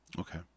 Okay